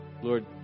Lord